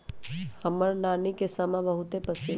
हमर नानी के समा बहुते पसिन्न रहै